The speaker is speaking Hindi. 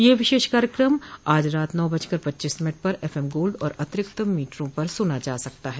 यह विशेष कार्यक्रम आज रात ना बजकर पच्चीस मिनट पर एफएम गोल्ड और अतिरिक्त मीटरों पर सुना जा सकता है